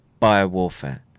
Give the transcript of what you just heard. biowarfare